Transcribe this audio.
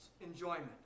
enjoyment